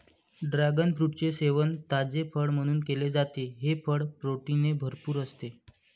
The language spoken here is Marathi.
ड्रॅगन फ्रूटचे सेवन ताजे फळ म्हणून केले जाते, हे फळ प्रोटीनने भरपूर असते